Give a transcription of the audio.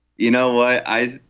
you know i.